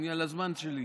אני על הזמן שלי.